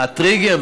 הטריגר,